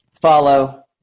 follow